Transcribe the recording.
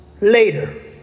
later